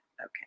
Okay